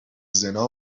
زنا